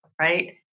right